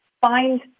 find